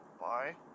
bye